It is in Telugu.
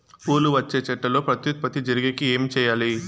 పూలు వచ్చే చెట్లల్లో ప్రత్యుత్పత్తి జరిగేకి ఏమి చేయాలి?